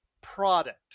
product